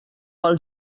pel